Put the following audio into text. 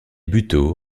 buteau